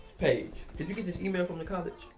paige, did you get this email from the college?